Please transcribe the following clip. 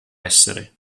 essere